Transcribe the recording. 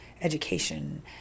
education